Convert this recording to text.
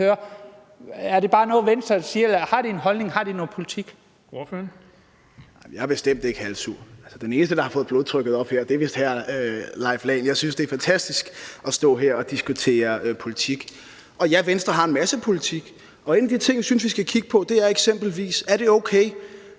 formand (Erling Bonnesen): Ordføreren. Kl. 13:44 Morten Dahlin (V): Jeg er bestemt ikke halvsur. Den eneste, der har fået blodtrykket op, er vist hr. Leif Lahn Jensen. Jeg synes, det er fantastisk at stå her og diskutere politik, og ja, Venstre har en masse politik. En af de ting, jeg synes vi skal kigge på, er eksempelvis, om det er okay,